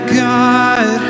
god